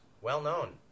well-known